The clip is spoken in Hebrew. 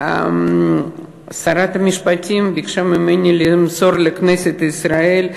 שרת המשפטים ביקשה ממני למסור לכנסת ישראל,